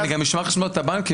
אני אשמח לשמוע גם את הבנקים